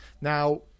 Now